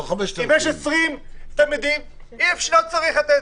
אם יש 20 תלמידים, לא צריך לתת.